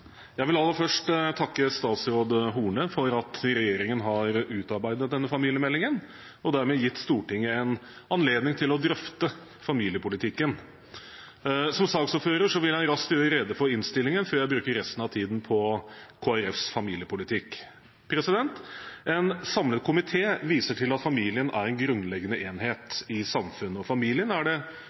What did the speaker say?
Jeg vil aller først takke statsråd Horne for at regjeringen har utarbeidet denne familiemeldingen og dermed gitt Stortinget en anledning til å drøfte familiepolitikken. Som saksordfører vil jeg raskt gjøre rede for innstillingen før jeg bruker resten av tiden på Kristelig Folkepartis familiepolitikk. En samlet komité viser til at familien er en grunnleggende enhet i samfunnet. Familien er det